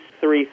three